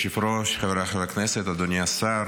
אדוני היושב-ראש, חבריי חברי הכנסת, אדוני השר,